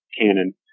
Canon